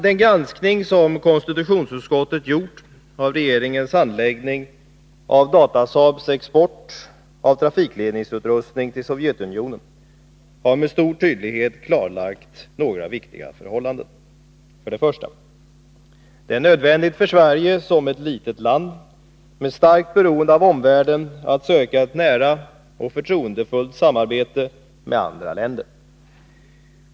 Den granskning som konstitutionsutskottet gjort av regeringens handläggning av Datasaabs export av trafikledningsutrustning till Sovjetunionen har med stor tydlighet klarlagt några viktiga förhållanden: 1. Det är nödvändigt för Sverige som ett litet land med starkt beroende av omvärlden att söka ett nära och förtroendefullt samarbete med andra länder.